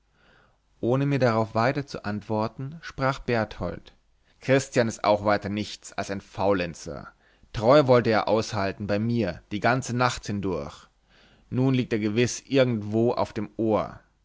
ohne mir darauf weiter zu antworten sprach berthold christian ist auch weiter nichts als ein faulenzer treu wollte er aushalten bei mir die ganze nacht hindurch und nun liegt er gewiß irgendwo auf dem ohr